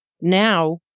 now